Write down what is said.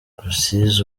rusizi